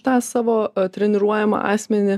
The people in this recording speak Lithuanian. tą savo treniruojamą asmenį